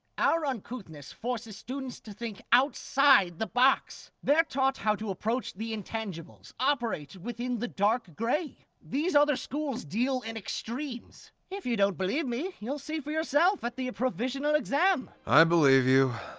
our uncouthness forces students to think outside the box. they're taught how to approach the intangibles. operate within the dark gray. these other schools deal in extremes. if you don't believe me, you'll see for yourself at the provisional exam. aizawa i believe you.